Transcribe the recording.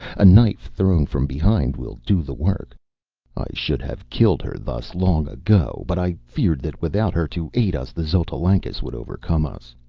a knife thrown from behind will do the work. i should have killed her thus long ago, but i feared that without her to aid us the xotalancas would overcome us.